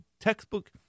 textbook